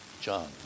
John